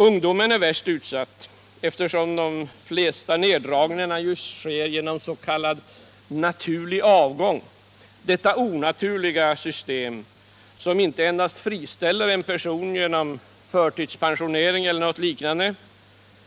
Ungdomen är väst utsatt, eftersom de flesta nedskärningar av arbetsstyrkan sker genom s.k. naturlig avgång — detta onaturliga system som inte endast friställer en person genom t.ex. förtidspensionering